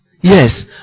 Yes